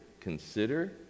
consider